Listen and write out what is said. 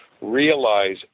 realize